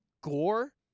gore